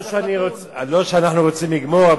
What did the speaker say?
לא שאנחנו רוצים לגמור,